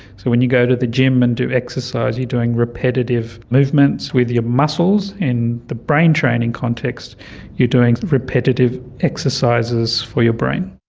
so when you go to the gym and do exercise you're doing repetitive movements with your muscles, and in the brain training context you're doing repetitive exercises for your brain.